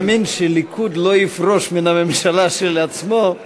הוא מאמין שהליכוד לא יפרוש מן הממשלה של עצמו,